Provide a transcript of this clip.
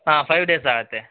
ಹಾಂ five days ಆಗುತ್ತೆ